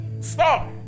stop